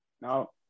No